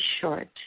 short